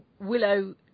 Willow